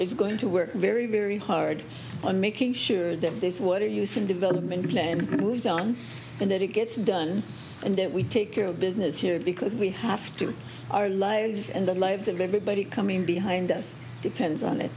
is going to work very very hard on making sure that this water used in development plan and moves on and that it gets done and that we take care of business here because we have to our lives and the lives of everybody coming behind us depends on it